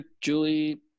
Julie